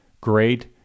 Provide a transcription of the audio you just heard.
great